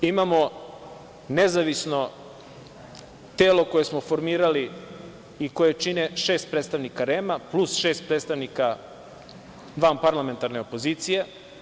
Imamo nezavisno telo koje smo formirali i koje čine šest predstavnika REM-a plus šest predstavnika vanparlamentarne opozicije.